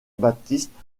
baptiste